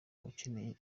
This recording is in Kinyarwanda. ukeneye